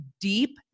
deep